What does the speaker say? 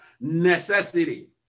Necessity